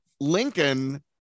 lincoln